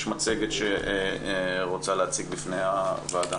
יש מצגת שרוצה להציג בפני הוועדה.